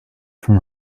from